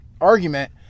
argument